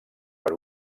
per